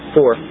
Four